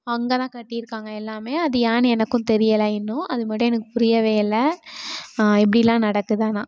அங்கே தான் கட்டியிருக்காங்க எல்லாமே அது ஏன்னு எனக்கும் தெரியலை இன்னும் அது மட்டும் எனக்குப் புரியவே இல்லை இப்படி எல்லாம் நடக்குது ஆனால்